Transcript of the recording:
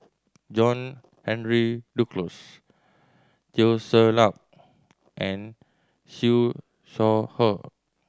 John Henry Duclos Teo Ser Luck and Siew Shaw Her